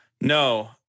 No